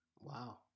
Wow